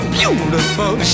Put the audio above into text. beautiful